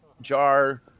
Jar